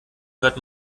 hört